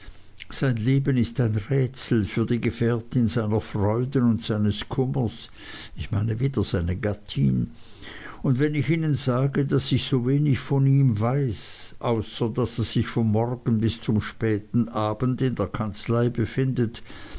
sein leben ist ein rätsel für die gefährtin seiner freuden und seines kummers ich meine wieder seine gattin und wenn ich ihnen sage daß ich so wenig von ihm weiß außer daß er sich vom morgen bis zum späten abend in der kanzlei befindet